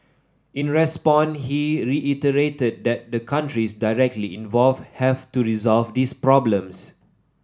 in response he reiterated that the countries directly involved have to resolve these problems